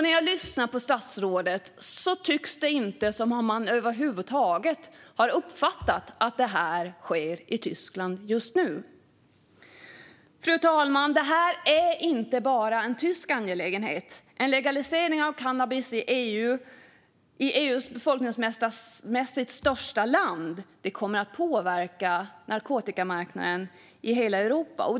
När jag lyssnar på statsrådet tycks det inte som om han över huvud taget har uppfattat att detta sker i Tyskland just nu. Fru talman! Detta är inte bara en tysk angelägenhet. En legalisering av cannabis i EU:s befolkningsmässigt största land kommer att påverka narkotikamarknaden i hela Europa.